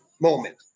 moment